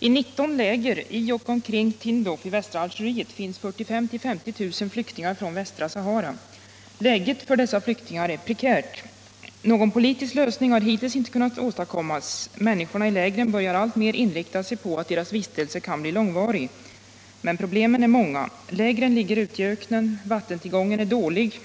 I 19 läger i och omkring Tindouf i västra Algeriet finns 45 000-50 000 flyktingar från västra Sahara. Läget för dessa flyktingar är prekärt. Någon politisk lösning har hittills inte kunnat åstadkommas. Människorna i lägren börjar alltmer inrikta sig på att deras vistelse kan bli långvarig. Men problemen är många. Lägren ligger ute i öknen. Vattentillgången är dålig.